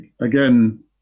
again